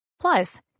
Plus